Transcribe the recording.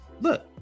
Look